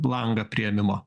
langą priėmimo